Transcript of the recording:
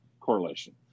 correlation